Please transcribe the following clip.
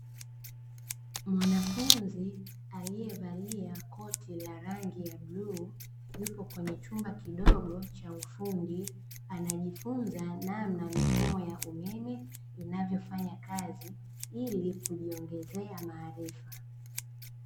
Mwanafunzi aliyevalia koti la rangi ya bluu, yupo kwenye chumba kidogo cha ufundi, anajifunza namna mifumo ya umeme inavyofanya kazi, ili kujiongezea maarifa.